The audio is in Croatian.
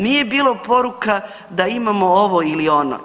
Nije bilo poruka da imamo ovo ili ono.